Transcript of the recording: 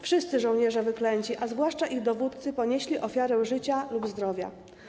Wszyscy żołnierze wyklęci, a zwłaszcza ich dowódcy, ponieśli ofiarę życia lub zdrowia.